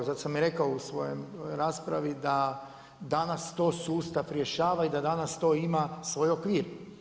Zato sam i rekao u svojoj raspravi da danas to sustav rješava i da danas to ima svoj okvir.